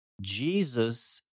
Jesus